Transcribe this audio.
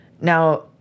Now